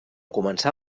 començà